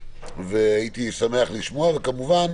הייתי שמח לשמוע, וכמובן